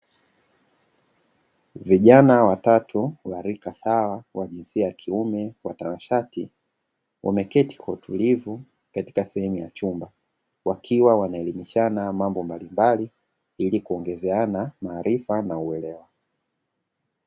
Vijana watatu wa rika sawa wa jinsia ya kiume watanashati, wameketi kwa utulivu katika sehemu ya chumba, wakiwa wanaelimishana mambo mbalimbali ili kuongezeana maarifa na uelewa.